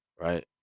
right